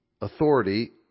authority